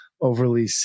overly